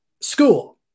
school